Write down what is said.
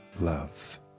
love